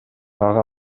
ага